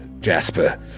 Jasper